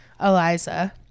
Eliza